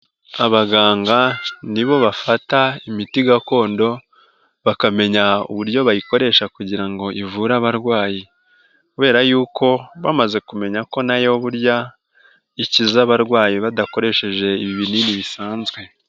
Abaganga nibo bafata imiti gakondo bakamenya uburyo bayikoresha kugira ngo ivure abarwayi kubera yuko bamaze kumenya ko nayo burya ikize abarwayi badakoresheje ibi binini bisanzwe.